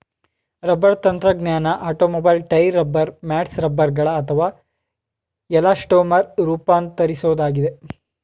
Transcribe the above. rubber ತಂತ್ರಜ್ಞಾನ automobile tyre rubber mats ರಬ್ಬರ್ಗಳು ಅಥವಾ ಎಲಾಸ್ಟೊಮರ್ ರೂಪಾಂತರಿಸೋದಾಗಿದೆ